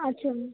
আচ্ছা